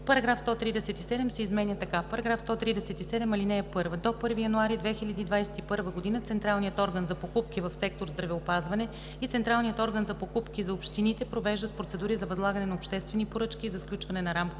Параграф 137 се изменя така: „§ 137. (1) До 1 януари 2021 г. Централният орган за покупки в сектор „Здравеопазване“ и Централният орган за покупки за общините провеждат процедури за възлагане на обществени поръчки и за сключване на рамкови